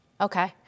Okay